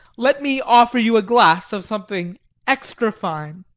let me offer you a glass of something extra fine.